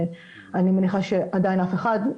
אני מניחה שעדיין אף אחד,